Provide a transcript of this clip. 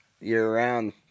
year-round